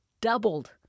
doubled